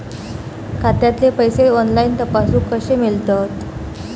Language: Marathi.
खात्यातले पैसे ऑनलाइन तपासुक कशे मेलतत?